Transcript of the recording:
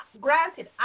granted